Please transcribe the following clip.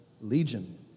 Legion